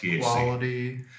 quality